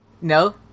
No